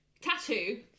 Tattoo